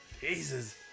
Jesus